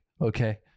okay